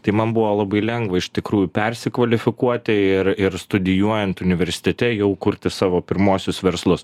tai man buvo labai lengva iš tikrųjų persikvalifikuoti ir ir studijuojant universitete jau kurti savo pirmuosius verslus